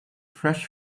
fresh